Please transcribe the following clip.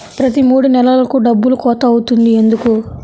ప్రతి మూడు నెలలకు డబ్బులు కోత అవుతుంది ఎందుకు?